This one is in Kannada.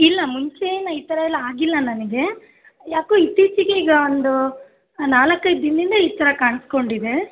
ಇಲ್ಲ ಮುಂಚೇನೂ ಈ ಥರ ಎಲ್ಲ ಆಗಿಲ್ಲ ನನಗೆ ಯಾಕೋ ಇತ್ತೀಚಿಗೆ ಈಗ ಒಂದು ನಾಲ್ಕೈದು ದಿನದಿಂದ ಈ ಥರ ಕಾಣಿಸ್ಕೊಂಡಿದೆ